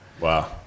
Wow